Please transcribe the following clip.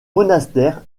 monastère